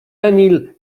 emil